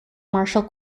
martial